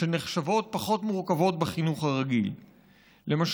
שנחשבות פחות מורכבות, למשל,